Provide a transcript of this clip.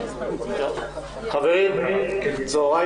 צוהריים